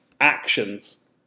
actions